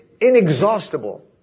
inexhaustible